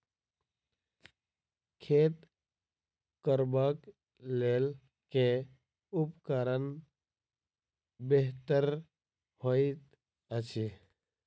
खेत कोरबाक लेल केँ उपकरण बेहतर होइत अछि?